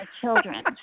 children